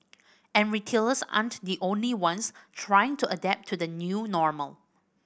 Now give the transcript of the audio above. and retailers aren't the only ones trying to adapt to the new normal